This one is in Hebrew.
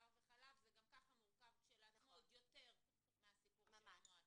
גם כך זה מורכב כשלעצמו עוד יותר מהסיפור של המועצה.